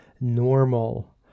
normal